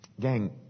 Gang